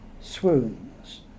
swoons